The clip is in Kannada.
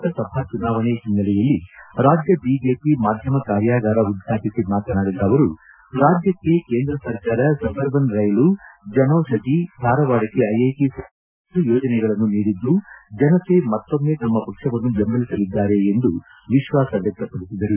ಲೋಕಸಭಾ ಚುನಾವಣೆ ಹಿನ್ನೆಲೆಯಲ್ಲಿ ರಾಜ್ಯ ಬಿಜೆಪಿ ಮಾಧ್ಯಮ ಕಾರ್ಯಾಗಾರ ಉದ್ಘಾಟಿಸಿ ಮಾತನಾಡಿದ ಅವರು ರಾಜ್ಯಕ್ಕೆ ಕೇಂದ್ರ ಸರ್ಕಾರ ಸಬ್ ಅರ್ಬನ್ ರೈಲು ಜನೌಷಧಿ ಧಾರವಾಡಕ್ಕೆ ಐಐಟಿ ಸೇರಿದಂತೆ ಪಲವಾರು ಯೋಜನೆಗಳನ್ನು ನೀಡಿದ್ದು ಜನತೆ ಮತ್ತೊಮ್ಮೆ ತಮ್ಮ ಪಕ್ಷವನ್ನು ಬೆಂಬಲಿಸಲಿದ್ದಾರೆ ಎಂದು ವಿಶ್ವಾಸ ವ್ಯಕ್ತಪಡಿಸಿದರು